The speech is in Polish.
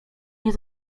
nie